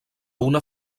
una